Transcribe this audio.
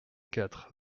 quatre